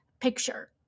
picture